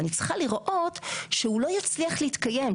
אז אני צריכה לראות שהוא לא יצליח להתקיים.